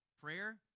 prayer